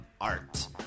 art